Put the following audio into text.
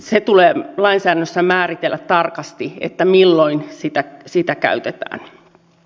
se tulee lainsäädännössä määritellä tarkasti milloin sitä käytetään